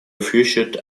featured